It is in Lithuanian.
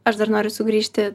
aš dar noriu sugrįžti